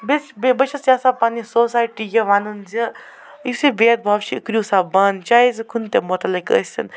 بس بہٕ چھَس یَژھان پنٕنہِ سوسایٹی یہِ وَنُن زِ یُس یہِ بید باو چھُ یہِ کٔرِو سا بنٛد چاہے سُہ کُنہِ تہِ متعلق آسِنۍ